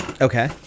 Okay